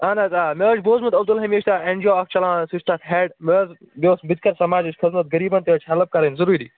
اَہَن حظ آ مےٚ حظ چھُ بوٗزمُت عبدل الحمیٖد اٮ۪ن جی او اَکھ چَلاوان سُہ چھِ تَتھ ہٮ۪ڈ مےٚ حظ مےٚ اوس بہٕ تہِ کَرٕ سماجِچ خٔدمت غریٖبن تہِ حظ چھِ ہٮ۪لٕپ کَرٕنۍ ضروٗری